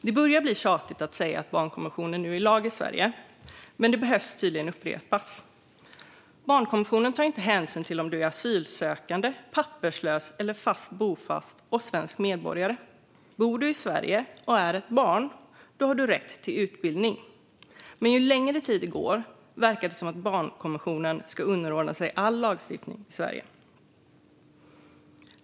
Det börjar bli tjatigt att säga att barnkonventionen nu är lag i Sverige. Men det behöver tydligen upprepas. Barnkonventionen tar inte hänsyn till om man är asylsökande, papperslös eller bofast och svensk medborgare. Om man bor i Sverige och är barn har man rätt till utbildning. Men ju längre tiden går desto mer verkar det som att barnkonventionen ska underordnas all annan lagstiftning i Sverige.